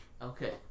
okay